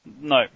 No